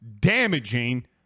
damaging